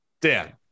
Dan